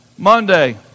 Monday